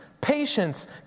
patience